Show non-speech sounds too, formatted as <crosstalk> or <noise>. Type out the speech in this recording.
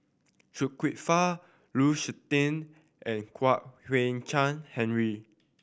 <unintelligible> Kwek Fah Lu Suitin and Kwek Hian Chuan Henry